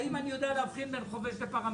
האם אני יודע להבחין בין חובש לפרמדיק,